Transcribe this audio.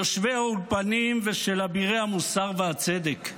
יושבי האולפנים ושל אבירי המוסר והצדק?